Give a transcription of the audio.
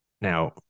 Now